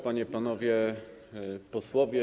Panie, Panowie Posłowie!